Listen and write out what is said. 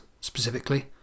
specifically